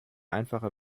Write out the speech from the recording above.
einfache